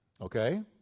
okay